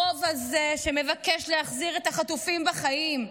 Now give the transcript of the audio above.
הרוב הזה שמבקש להחזיר את החטופים בחיים,